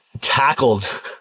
tackled